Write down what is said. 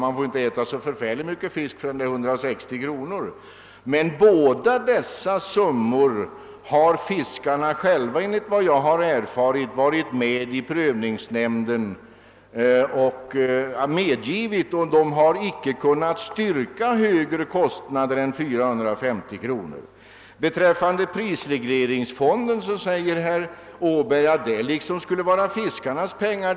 Man får inte äta så förfärligt mycket fisk för 160 kronor. Men båda dessa summor har fiskarna själva, enligt vad jag har erfarit, varit med om att fastställa i prövningsnämnden. De har icke kunnat styrka högre kostnader än 450 kronor. Beträffande prisregleringsfonden sade herr Åberg att det skulle vara fiskarnas pengar.